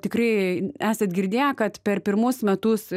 tikrai esat girdėję kad per pirmus metus